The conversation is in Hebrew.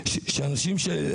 להינעל ארבע שעות בקובייה,